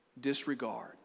disregard